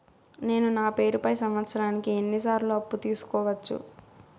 నేను నా పేరుపై సంవత్సరానికి ఎన్ని సార్లు అప్పు తీసుకోవచ్చు?